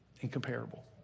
incomparable